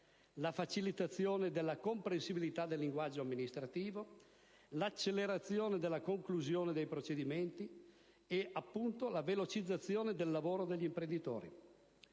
la facilitazione della comprensibilità del linguaggio amministrativo, l'accelerazione della conclusione dei procedimenti e, appunto, la velocizzazione del lavoro degli imprenditori.